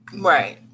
Right